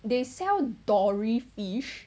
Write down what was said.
they sell dory fish